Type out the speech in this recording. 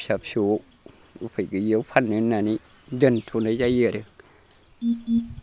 फिसा फिसौआव उफाय गैयैयाव फाननो होननानै दोनथ'नाय जायो आरो